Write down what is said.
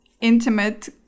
intimate